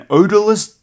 odorless